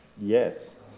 Yes